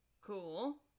Cool